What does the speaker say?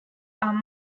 are